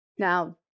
Now